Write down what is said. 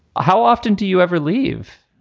ah how often do you ever leave?